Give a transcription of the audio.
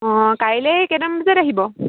অঁ কাইলে কেইটা মান বজাত আহিব